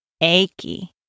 achy